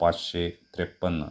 पाचशे त्रेपन्न